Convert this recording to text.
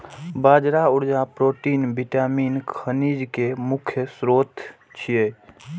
बाजरा ऊर्जा, protein, vitamin, खनिज के मुख्य स्रोत छियै